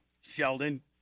Sheldon